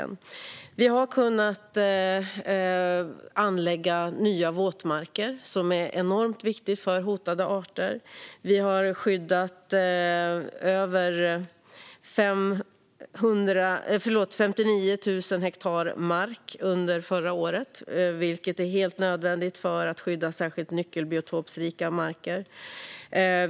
Vi har kunnat anlägga nya våtmarker, vilket är enormt viktigt för hotade arter. Vi har kunnat skydda över 59 000 hektar mark, vilket är helt nödvändigt för att skydda särskilt nyckelbiotopsrika marker.